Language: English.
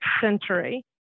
Century